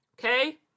okay